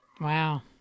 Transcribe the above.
Wow